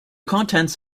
contents